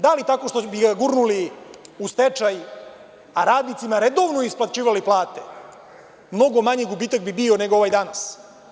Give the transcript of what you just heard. Da li tako što bi ga gurnuli u stečaj, a radnicima redovno isplaćivali plate, ali mnogo manji gubitak bi bio nego ovaj danas.